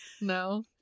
no